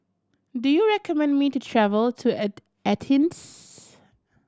do you recommend me to travel to Athens